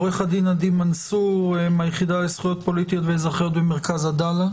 עורך הדין עדי מנסור מהיחידה לזכויות פוליטיות ואזרחיות במרכז עדאלה.